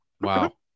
Wow